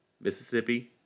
Mississippi